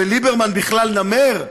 וליברמן בכלל נמר?